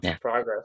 progress